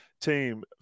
team